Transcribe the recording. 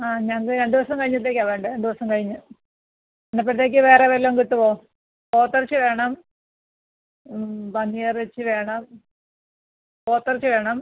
ആ ഞങ്ങൾക്ക് രണ്ട് ദിവസം കഴിഞ്ഞത്തേക്കാണ് വേണ്ടത് രണ്ട് ദിവസം കഴിഞ്ഞ് അപ്പോഴത്തേക്ക് വേറെ വല്ലതും കിട്ടുവോ പോത്ത് ഇറച്ചി വേണം പന്നി ഇറച്ചി വേണം പോത്ത് ഇറച്ചി വേണം